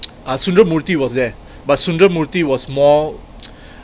sundramoorthy was there but sundramoorthy was more